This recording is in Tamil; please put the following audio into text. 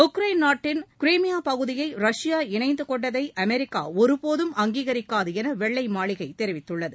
உக்ரைன் நாட்டின் கீர்மியா பகுதியை ரஷ்யா இணைத்து கொண்டதை அமெிக்கா ஒருபோதும் அங்கீகரிக்காது என வெள்ளை மாளிகை தெரிவித்துள்ளது